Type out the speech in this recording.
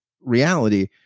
reality